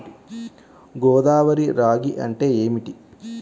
గోదావరి రాగి అంటే ఏమిటి?